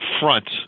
front